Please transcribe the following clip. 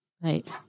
Right